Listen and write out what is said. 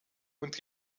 und